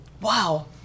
Wow